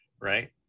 right